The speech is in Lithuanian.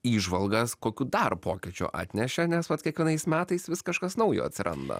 įžvalgas kokių dar pokyčių atnešė nes vat kiekvienais metais vis kažkas naujo atsiranda